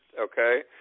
Okay